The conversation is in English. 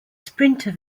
sprinter